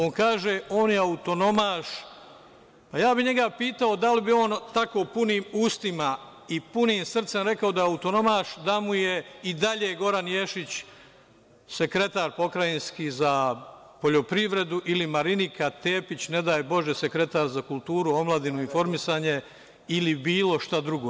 On kaže – on je autonomaš, a ja bih njega pitao da li bi on tako punim ustima i punim srcem rekao da je autonomaš, da mu je i dalje Goran Ješić sekretar pokrajinski za poljoprivredu ili Marinika Tepić, ne daj Bože, sekretar za kulturu, omladinu, informisanje ili bilo šta drugo.